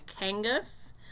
Kangas